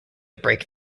break